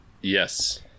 Yes